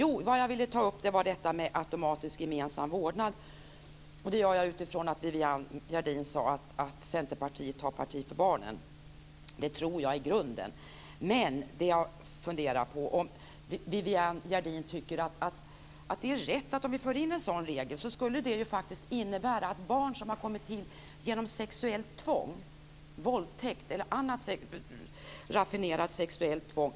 Det jag ville ta upp var detta med automatisk gemensam vårdnad. Det gör jag utifrån att Viviann Gerdin sade att Centerpartiet tar parti för barnen. Det tror jag i grunden, men jag funderar på vad Viviann Gerdin tycker om vad det, om vi får in en sådan regel, faktiskt skulle innebära för barn som har kommit till genom sexuellt tvång, genom våldtäkt eller annat raffinerat sexuellt tvång.